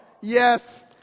Yes